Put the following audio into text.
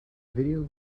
video